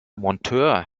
monteur